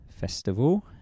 festival